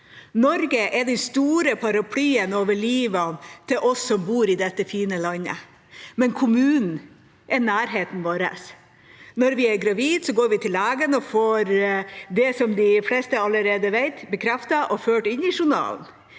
Norge er den store paraplyen over livet til oss som bor i dette fine landet, men kommunen er nærheten vår. Når vi er gravide, går vi til legen og får det som de fleste allerede vet, bekreftet og ført inn i journalen.